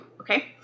Okay